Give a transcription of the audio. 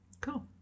cool